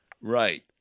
Right